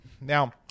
now